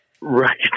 Right